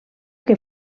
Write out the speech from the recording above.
que